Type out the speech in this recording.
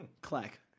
Clack